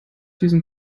diesen